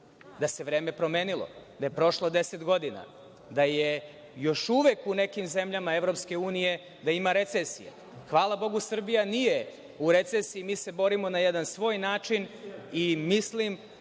da se vreme promenilo, da je prošlo 10 godina, da još uvek u nekim zemljama EU ima recesije. Hvala Bogu, Srbija nije u recesiji. Mi se borimo na jedan svoj način i mislim